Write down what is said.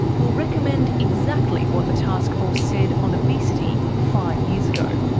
will recommend exactly what the taskforce said on obesity five years ago.